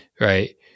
Right